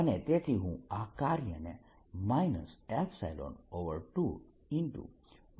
અને તેથી હું આ કાર્યને 02 VV